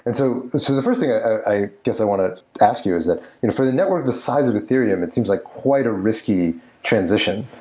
and so so the first thing i guess i want to ask you is that for the network the size of ethereum it seems like quite a risky transition.